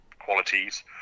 qualities